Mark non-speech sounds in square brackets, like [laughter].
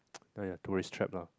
[noise] !aiya! tourist trap lah